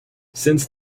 since